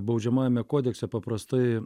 baudžiamajame kodekse paprastai